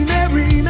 Mary